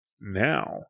now